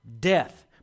death